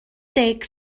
deg